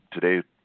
today